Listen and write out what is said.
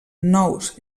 nous